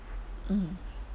mm